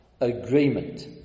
agreement